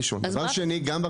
הדבר שמדאיג אותי יותר מכל.